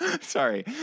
sorry